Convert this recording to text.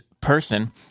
person